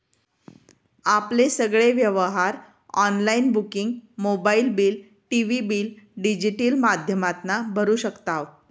आपले सगळे व्यवहार online booking mobile bill, TV bill digital माध्यमातना भरू शकताव